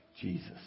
Jesus